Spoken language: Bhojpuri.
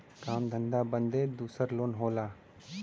काम धंधा बदे दूसर लोन होला